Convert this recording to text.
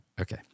Okay